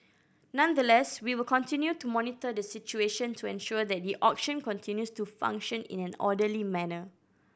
nonetheless we will continue to monitor the situation to ensure that the auction continues to function in an orderly manner